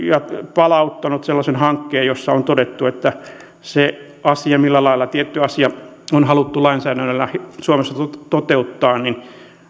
palauttanut sellaisen hankkeen jossa on todettu että se asia millä lailla tietty asia on haluttu lainsäädännöllä suomessa toteuttaa